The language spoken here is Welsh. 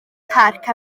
parc